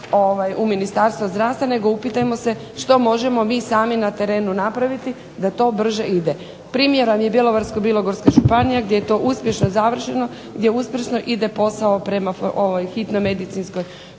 u Ministarstvo zdravstva nego upitajmo se što možemo mi sami na terenu napraviti da to brže ide. Primjer vam je Bjelovarsko-bilogorska županija gdje je to uspješno završeno, gdje uspješno ide posao prema hitnoj medicinskoj